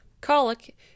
Colic